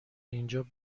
اینجا